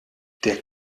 der